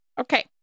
Okay